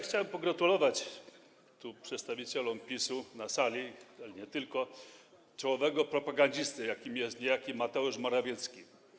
Chciałem pogratulować przedstawicielom PiS na sali, ale nie tylko, czołowego propagandzisty, jakim jest niejaki Mateusz Morawiecki.